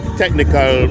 technical